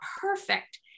perfect